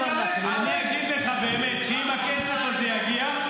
אגיד לך באמת שאם הכסף הזה יגיע,